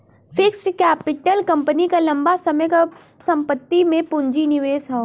fixed capital company क लंबा समय क संपत्ति में पूंजी निवेश हौ